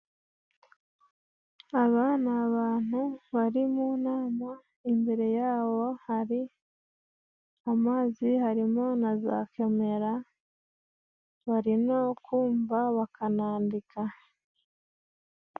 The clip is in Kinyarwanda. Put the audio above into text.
Aba ni abantu bari mu nama, imbere ya bo hari amazi, harimo na za kamera, bari no kumva bakanandika.